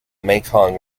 mekong